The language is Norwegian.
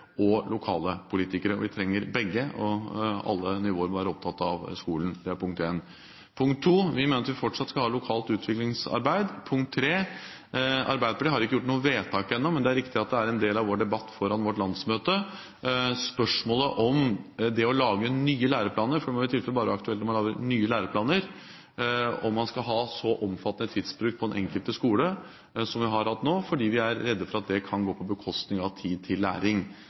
og lokale politikere. Vi trenger begge, og alle nivåer må være opptatt av skolen. Det er punkt 1. Punkt 2: Vi mener at vi fortsatt skal ha lokalt utviklingsarbeid. Punkt 3: Arbeiderpartiet har ikke gjort noe vedtak ennå, men det er riktig at det er en del av vår debatt foran vårt landsmøte. I spørsmålet om det å lage nye læreplaner, for det må i tilfelle bare være aktuelt når man lager nye læreplaner, om man skal ha så omfattende tidsbruk på den enkelte skole som vi har hatt nå, fordi vi er redde for at det kan gå på bekostning av tid til læring,